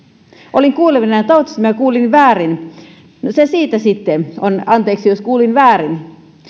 olin kuulevinani toivottavasti kuulin väärin se siitä sitten anteeksi jos kuulin väärin